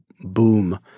boom